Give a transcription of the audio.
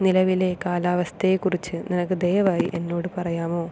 നിലവിലെ കാലാവസ്ഥയെക്കുറിച്ച് നിനക്ക് ദയവായി എന്നോട് പറയാമോ